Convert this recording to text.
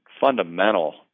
fundamental